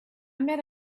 met